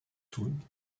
tun